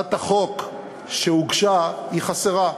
הצעת החוק שהוגשה היא חסרה.